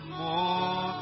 more